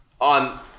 on